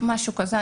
משהו כזה,